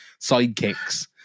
sidekicks